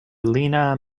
lena